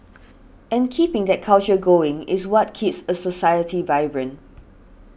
and keeping that culture going is what keeps a society vibrant